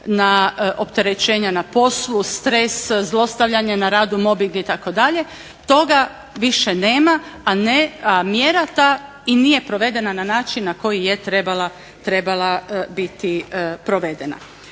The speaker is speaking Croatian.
na opterećenja na poslu, stres, zlostavljanje na radu, mobbing itd. Toga više nema, a mjera ta i nije provedena na način na koji je trebala biti provedena.